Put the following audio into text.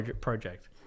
Project